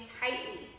tightly